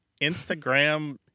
Instagram